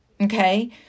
okay